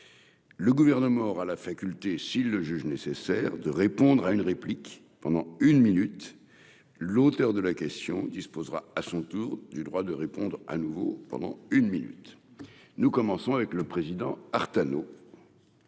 le gouvernement à la faculté, s'il le juge nécessaire de répondre à une réplique pendant une minute, l'auteur de la question disposera à son tour du droit de répondre à nouveau pendant une minute, nous commençons avec le président Artano